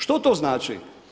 Što to znači?